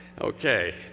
Okay